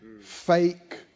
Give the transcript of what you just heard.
fake